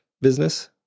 business